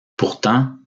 pourtant